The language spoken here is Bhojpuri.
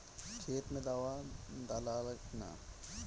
खेत मे दावा दालाल कि न?